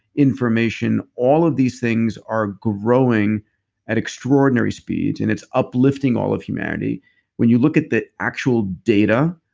information, all of these things are growing at extraordinary speeds. and it's uplifting all of humanity when you look at the actual data.